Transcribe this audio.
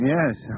Yes